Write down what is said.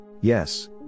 Yes